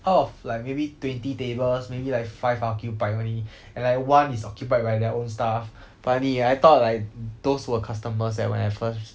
out of like maybe twenty tables maybe like five occupied only and I one is occupied by their own staff funny eh I thought like those were customers eh when I first